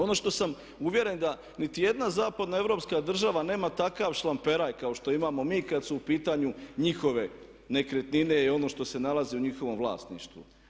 Ono što sam uvjeren da niti jedna zapadno europska država nema takav šlamperaj kao što imamo mi kada su u pitanju njihove nekretnine i ono što se nalazi u njihovom vlasništvu.